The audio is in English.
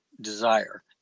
desire